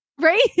Right